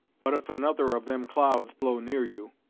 but if another of them clouds blow near you,